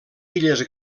illes